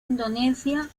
indonesia